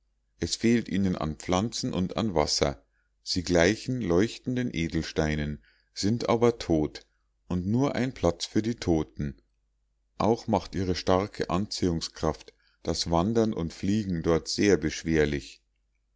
es fehlt ihnen an pflanzen und an wasser sie gleichen leuchtenden edelsteinen sind aber tot und nur ein platz für die toten auch macht ihre starke anziehungskraft das wandern und fliegen dort sehr beschwerlich